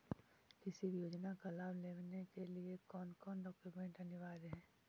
किसी भी योजना का लाभ लेने के लिए कोन कोन डॉक्यूमेंट अनिवार्य है?